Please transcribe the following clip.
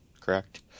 correct